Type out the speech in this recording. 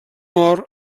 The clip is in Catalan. mort